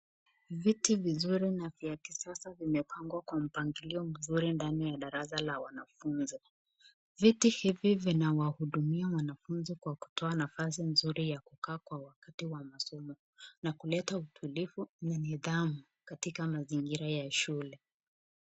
Vitu vizuri na vya kisasa vimepangwa kwa mpangilio mzuri ndani ya darasa la wanafunzi. Viti hivi vinawahudumia wanafunzi kwa kutoa nafasi nzuri ya kukaa kwa wakati wa masomo na kuleta utulivu na nidhamu katika mazingira ya shule.